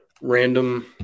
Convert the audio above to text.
Random –